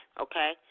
okay